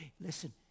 Listen